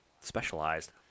specialized